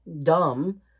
dumb